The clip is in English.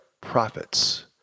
profits